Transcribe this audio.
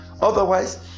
otherwise